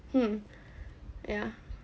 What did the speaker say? hmm yeah